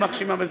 יימח שמם וזכרם.